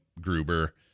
gruber